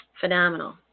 Phenomenal